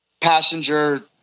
passenger